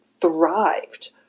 thrived